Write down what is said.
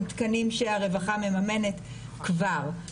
עם תקנים שהרווחה מממנת כבר.